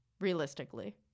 realistically